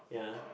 ya